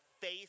face